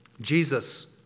Jesus